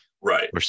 Right